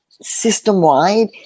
system-wide